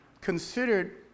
considered